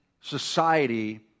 society